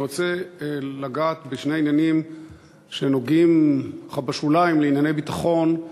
אני רוצה לגעת בשני עניינים שנוגעים בשוליים בענייני ביטחון,